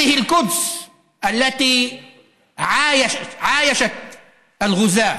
ירושלים הזאת יכלה לפולשים.